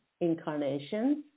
incarnations